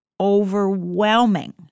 Overwhelming